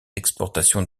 exportations